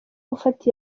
gufata